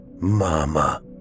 Mama